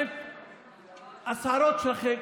השערות שלכם,